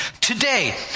Today